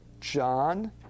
John